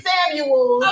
Samuel